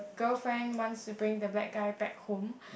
girlfriend wants to bring the black guy back home